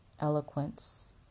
Eloquence